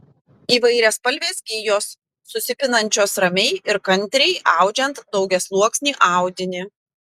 įvairiaspalvės gijos susipinančios ramiai ir kantriai audžiant daugiasluoksnį audinį